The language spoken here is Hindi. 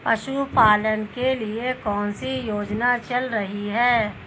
पशुपालन के लिए कौन सी योजना चल रही है?